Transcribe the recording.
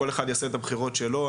כל אחד יעשה את הבחירות שלו,